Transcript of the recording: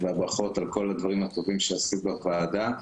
לברכות על כל הדברים הטובים שעשית בוועדה,